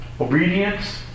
Obedience